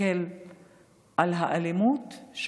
נסתכל על האלימות?